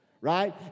Right